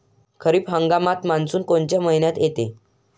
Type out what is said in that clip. खरीप हंगामात मान्सून कोनच्या मइन्यात येते?